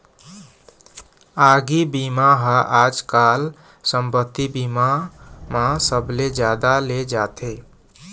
आगी बीमा ह आजकाल संपत्ति बीमा म सबले जादा ले जाथे